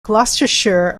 gloucestershire